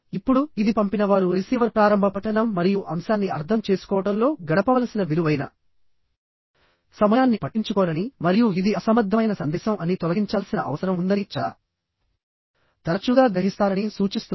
ఇప్పుడు ఇది పంపినవారు రిసీవర్ ప్రారంభ పఠనం మరియు అంశాన్ని అర్థం చేసుకోవడంలో గడపవలసిన విలువైన సమయాన్ని పట్టించుకోరని మరియు ఇది అసంబద్ధమైన సందేశం అని తొలగించాల్సిన అవసరం ఉందని చాలా తరచుగా గ్రహిస్తారని సూచిస్తుంది